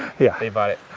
yeah. they bought it.